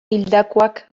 hildakoak